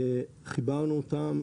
חיברנו אותם,